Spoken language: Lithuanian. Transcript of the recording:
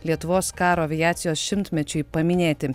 lietuvos karo aviacijos šimtmečiui paminėti